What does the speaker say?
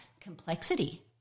complexity